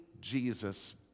Jesus